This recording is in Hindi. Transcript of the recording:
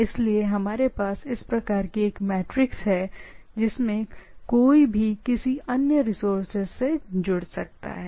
इसलिए हमारे पास इस प्रकार की एक मैट्रिक्स टाइप की चीज है जिससे कोई भी किसी अन्य रिसोर्सेज से जुड़ सकता है